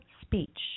speech